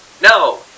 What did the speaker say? No